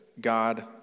God